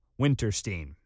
Winterstein